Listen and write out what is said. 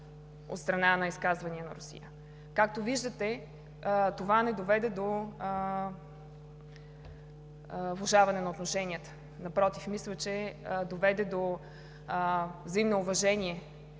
от страна на изказвания на Русия. Както виждате, това не доведе до влошаване на отношенията, напротив, мисля, че доведе до взаимно уважение.